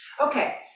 Okay